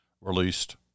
released